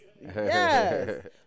Yes